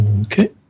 Okay